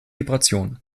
vibration